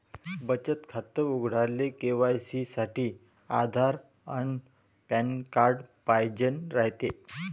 बचत खातं उघडाले के.वाय.सी साठी आधार अन पॅन कार्ड पाइजेन रायते